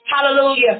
Hallelujah